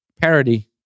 Parody